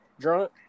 drunk